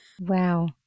Wow